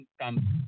Come